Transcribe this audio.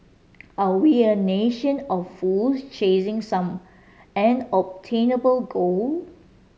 are we a nation of fools chasing some unobtainable goal